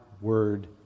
word